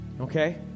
Okay